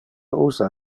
usa